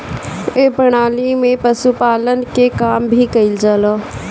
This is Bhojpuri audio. ए प्रणाली में पशुपालन के काम भी कईल जाला